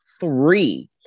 three